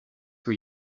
for